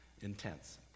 Intense